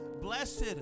Blessed